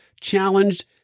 challenged